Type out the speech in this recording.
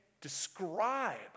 describe